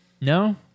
No